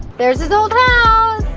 there's his old house!